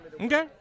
Okay